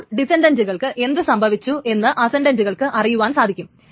അപ്പോൾ ഡിസന്റന്റുകൾക്ക് എന്തു സംഭവിച്ചു എന്ന് അസന്റാന്റുകൾക്ക് അറിയുവാൻ സാധിക്കും